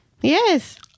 Yes